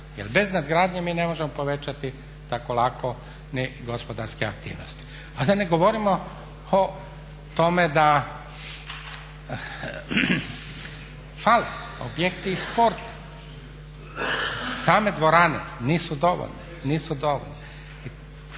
jer bez nadgradnje mi ne možemo povećati tako lako ni gospodarske aktivnosti. A da ne govorimo o tome da fali, objekti iz sporta. Same dvorane nisu dovoljne.